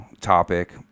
topic